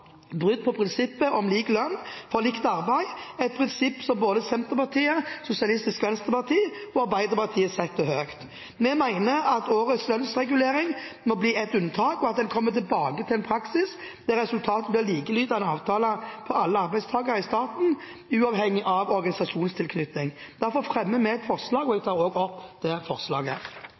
brudd på prinsippet om lik lønn for likt arbeid – et prinsipp som Senterpartiet, Sosialistisk Venstreparti og Arbeiderpartiet setter høyt. Vi mener at årets lønnsregulering må bli et unntak, og at en må komme tilbake til en praksis der resultatet blir likelydende avtaler for alle arbeidstakere i staten, uavhengig av organisasjonstilknytning. Derfor fremmer vi et forslag, som jeg herved tar opp. Representanten Eirin Sund har tatt opp det forslaget